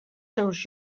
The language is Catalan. seus